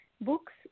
Books